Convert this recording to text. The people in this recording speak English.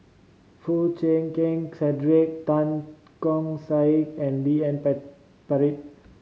Foo Chee Keng Cedric Tan Keong Saik and D N Pritt